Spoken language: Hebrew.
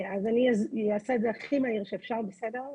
אז אני אעשה את זה הכי מהיר שאפשר, בסדר?